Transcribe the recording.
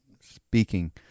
speaking